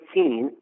18